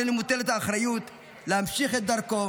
עלינו מוטלת האחריות להמשיך את דרכו,